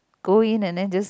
go in and then just